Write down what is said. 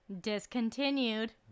Discontinued